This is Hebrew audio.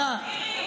מירי,